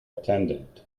attendant